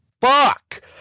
Fuck